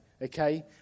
Okay